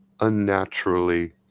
unnaturally